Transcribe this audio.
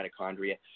mitochondria